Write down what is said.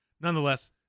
nonetheless